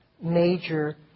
major